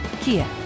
Kia